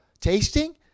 tasting